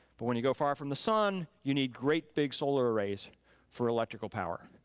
but when you go far from the sun, you need great big solar arrays for electrical power.